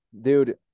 Dude